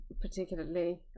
particularly